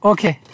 Okay